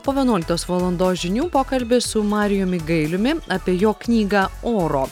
po vienuoliktos valandos žinių pokalbis su marijumi gailiumi apie jo knygą oro